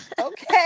okay